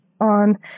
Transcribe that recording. on